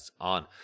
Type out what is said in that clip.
on